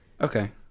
Okay